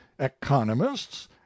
economists